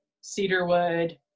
cedarwood